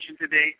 today